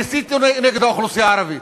שהסיתו נגד האוכלוסייה הערבית.